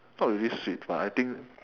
not really sweet but I think